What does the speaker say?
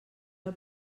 del